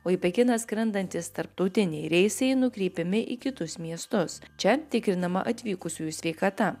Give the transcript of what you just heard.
o į pekiną skrendantys tarptautiniai reisai nukreipiami į kitus miestus čia tikrinama atvykusiųjų sveikata